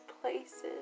places